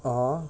(uh huh)